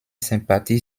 sympathie